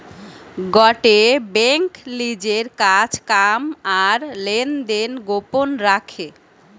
গটে বেঙ্ক লিজের কাজ কাম আর লেনদেন গোপন রাখে